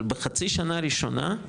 אבל בחצי שנה הראשונה,